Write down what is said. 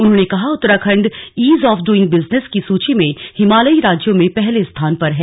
उन्होंने कहा Uttarakhand ease of doing business की सूची में हिमालयी राज्यों में पहले स्थान पर हैं